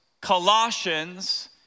Colossians